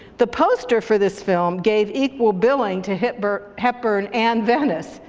the poster for this film gave equal billing to hepburn hepburn and venice,